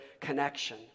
connection